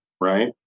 right